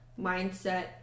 mindset